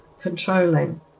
controlling